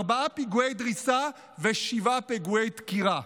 ארבעה פיגועי דריסה ושבעה פיגועי דקירה.